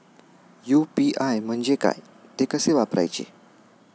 UPI म्हणजे काय, ते कसे वापरायचे?